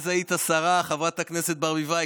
אז היית שרה, חברת הכנסת ברביבאי.